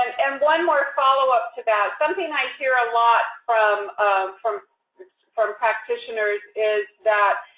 and one more follow-up to that. something i hear a lot from from sort of practitioners is that